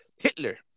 Hitler